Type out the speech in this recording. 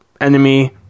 enemy